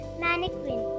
mannequin